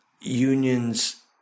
Unions